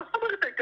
מה זאת אומרת טעית?